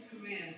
career